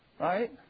Right